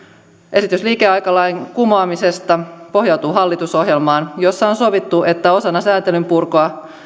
esitys liikeaikalain kumoamisesta pohjautuu hallitusohjelmaan jossa on sovittu että osana sääntelyn purkua